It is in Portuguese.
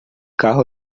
carro